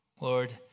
Lord